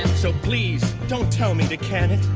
so please don't tell me to cannot